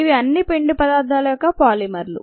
ఇవి అన్ని పిండి పదార్థాల యొక్క పాలిమర్లు